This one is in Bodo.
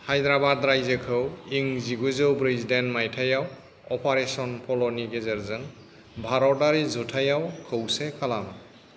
हायद्राबाद रायजोखौ इं जिगुजौ ब्रैजिदाइन माइथायाव अपारेशन पल'नि गेजेरजों भारतयारि जुथाइआव खौसे खालामो